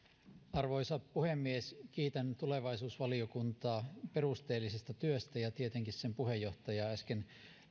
arvoisa puhemies kiitän tulevaisuusvaliokuntaa perusteellisesta työstä ja tietenkin sen puheenjohtajaa äskeisestä